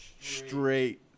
straight